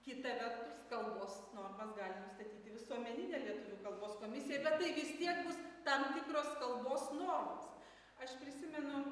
kita vertus kalbos normas gali nustatyti visuomeninė lietuvių kalbos komisija bet tai vis tiek kiek bus tam tikros kalbos normos aš prisimenu